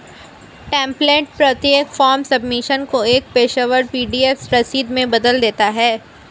template प्रत्येक form submission को एक पेशेवर पी.डी.एफ रसीद में बदल देता है